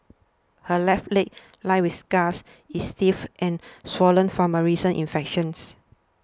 her left leg lined with scars is stiff and swollen from a recent infections